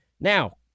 Now